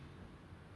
ya